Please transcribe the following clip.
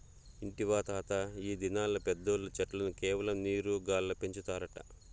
ఇంటివా తాతా, ఈ దినాల్ల పెద్దోల్లు చెట్లను కేవలం నీరు గాల్ల పెంచుతారట